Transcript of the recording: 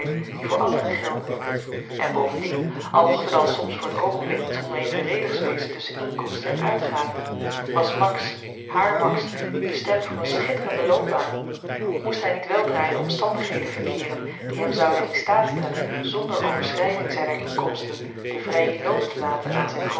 die voor anderen gelden en bovendien al mocht er dan soms voor t oogenblik iets onevenredigs wezen tusschen inkomsten en uitgaven was max hààr max niet bestemd voor een schitterende loopbaan moest hy niet weldra in omstandigheden verkeeren die hem zouden in staat stellen zonder overschryding zyner inkomsten den vryen loop te laten aan zyn